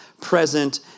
present